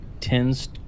tends